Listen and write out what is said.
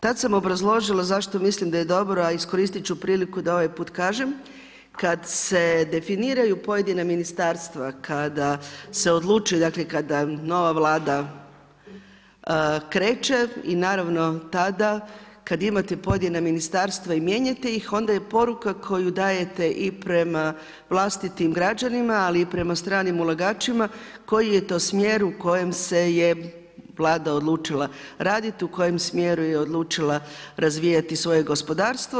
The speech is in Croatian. Tad sam obrazložila zašto mislim da je dobro, a iskoristit ću priliku da ovaj put kažem, kada se definiraju pojedina ministarstva, kada se odlučuje, kada nova vlada kreće i naravno tada kada imate pojedina ministarstva i mijenjate ih onda je poruka koju dajete i prema vlastitim građanima, ali i prema stranim ulagačima koji je to smjer u kojem se je vlada odlučila raditi u kojem smjeru je odlučila razvijati svoje gospodarstvo.